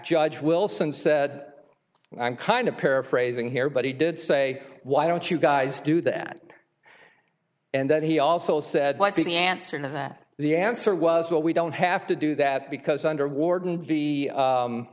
judge wilson said i'm kind of paraphrasing here but he did say why don't you guys do that and then he also said what's the answer to that the answer was no we don't have to do that because under warden